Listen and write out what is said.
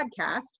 Podcast